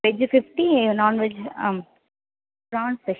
veggie fifty non veg ah prawn fish